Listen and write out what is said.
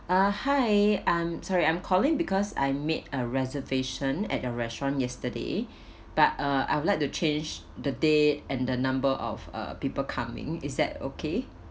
uh hi um sorry I'm calling because I made a reservation at your restaurant yesterday but uh I would like to change the date and the number of uh people coming is that okay